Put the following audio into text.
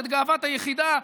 את גאוות היחידה,